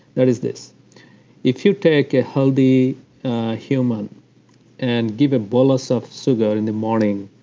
that is this if you take a healthy human and give a bolus of sugar in the morning,